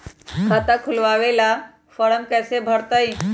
खाता खोलबाबे ला फरम कैसे भरतई?